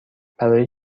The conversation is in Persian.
برای